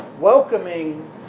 welcoming